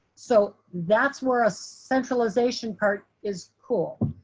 so that's where a centralization part is cool.